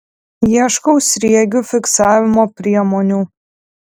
ieškau sriegių fiksavimo priemonių